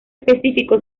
específico